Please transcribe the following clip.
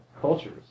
cultures